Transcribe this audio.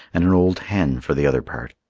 and an old hen for the other part.